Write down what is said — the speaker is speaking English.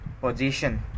position